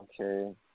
Okay